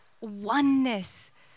oneness